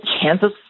Kansas